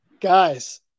Guys